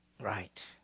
right